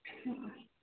ᱦᱮᱸ